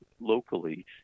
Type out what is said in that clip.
locally